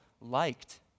liked